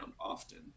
often